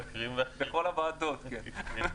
מבקרים --- בכל הוועדות, כן.